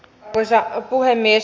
arvoisa puhemies